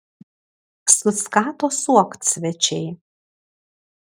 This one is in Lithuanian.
suskato suokt svečiai